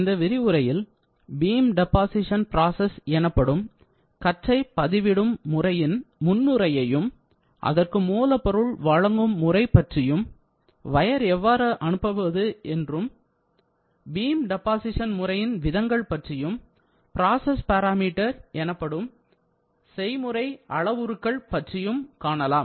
இந்த விரிவுரையில் beam deposition process எனப்படும் கற்றை பதிவிடும் முறையின் முன்னுரையையும் அதற்கு மூலப்பொருள் வழங்கும் முறை பற்றியும் வயர் எவ்வாறு அனுப்புவது என்றும் பீம் டெப்பாசீஷன் முறையின் விதங்கள் பற்றியும் பிராசஸ்பாராமீட்டர் எனப்படும் செய்முறை அளவுருக்கள் பற்றியும் காணலாம்